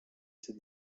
ses